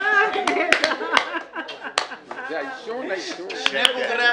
בקצרה --- אני מפחד ממך.